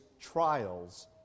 trials